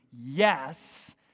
yes